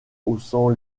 haussant